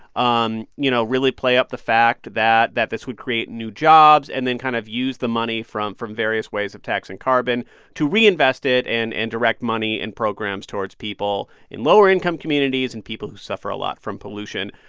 um you know, really play up the fact that that this would create new jobs, and then kind of use the money from from various ways of taxing carbon to reinvest it and and direct money in programs towards people in lower-income communities and people who suffer a lot from pollution.